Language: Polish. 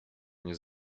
nie